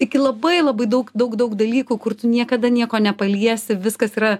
iki labai labai daug daug daug dalykų kur tu niekada nieko nepaliesi viskas yra